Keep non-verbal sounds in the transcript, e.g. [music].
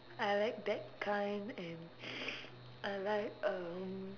I like that kind and [noise] I like um